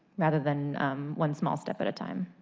rather than one small step at a time.